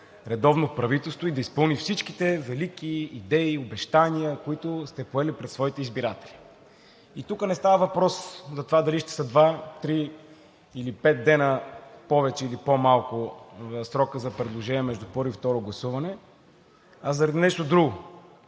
редовно правителство и да изпълни всичките велики идеи, обещания, които сте поели пред своите избиратели. Тук не става въпрос до това дали ще е два, три или пет дена повече, или по-малко срокът за предложение между първо и второ гласуване, а заради нещо друго.